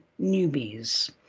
newbies